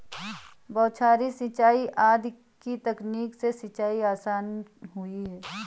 बौछारी सिंचाई आदि की तकनीक से सिंचाई आसान हुई है